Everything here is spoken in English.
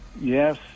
Yes